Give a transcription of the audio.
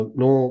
no